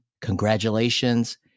congratulations